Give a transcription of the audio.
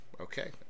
okay